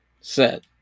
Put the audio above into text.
set